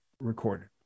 recorded